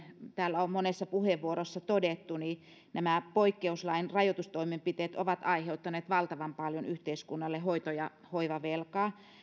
täällä on monessa puheenvuorossa todettu nämä poikkeuslain rajoitustoimenpiteet ovat aiheuttaneet yhteiskunnalle valtavan paljon hoito ja hoivavelkaa